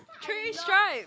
three stripe